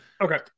Okay